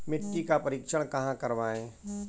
मिट्टी का परीक्षण कहाँ करवाएँ?